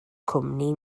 cwmni